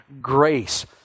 grace